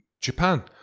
Japan